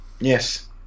yes